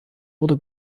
wurde